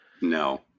No